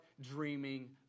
dreaming